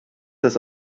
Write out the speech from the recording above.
das